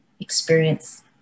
experience